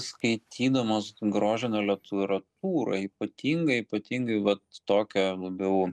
skaitydamas grožinę literatūrą ypatingai ypatingai vat tokią labiau